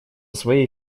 своей